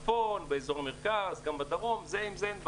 בצפון, באזור המרכז, גם בדרום, עם זה אין בעיה.